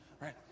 Right